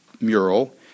mural